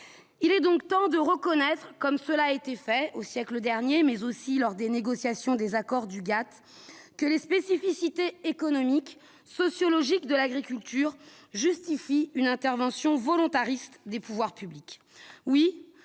il est donc temps de reconnaître, comme cela a été fait au siècle dernier mais aussi lors des négociations des accords du GATT, que les spécificités économiques, sociologiques, de l'agriculture, justifie une intervention volontariste des pouvoirs publics,